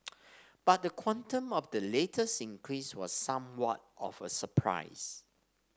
but the quantum of the latest increase was somewhat of a surprise